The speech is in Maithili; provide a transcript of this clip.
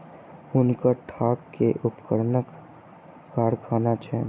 हुनकर काठ के उपकरणक कारखाना छैन